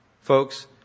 Folks